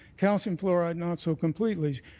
calcium fluoride not so completely.